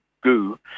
goo